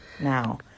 now